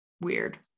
weird